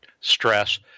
stress